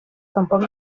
tampoc